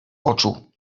oczu